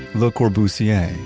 le corbusier,